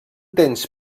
temps